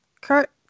Kurt